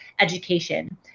Education